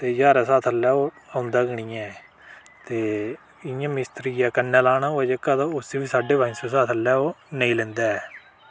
ते ज्हारा शा थल्ले ओह् औंदा गै नेईं ऐ इयां मिस्त्रियें कन्ने लाना होए जेका औबी पंज सौ शा थल्ले नेई लेंदा ऐ